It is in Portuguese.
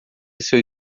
seu